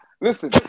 Listen